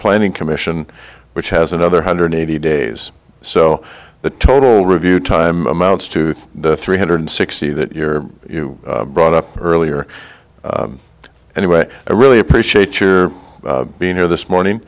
planning commission which has another hundred eighty days so the total review time amounts to the three hundred sixty that you're you brought up earlier and what i really appreciate your being here this morning